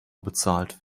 bezahlt